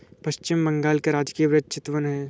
पश्चिम बंगाल का राजकीय वृक्ष चितवन है